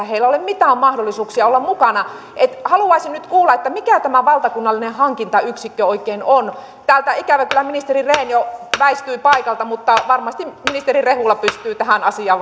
heillä ole mitään mahdollisuuksia olla mukana haluaisin nyt kuulla mikä tämä valtakunnallinen hankintayksikkö oikein on täältä ikävä kyllä ministeri rehn jo väistyi paikalta mutta varmasti ministeri rehula pystyy tähän asiaan